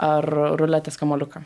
ar ruletės kamuoliuką